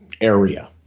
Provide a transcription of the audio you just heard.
area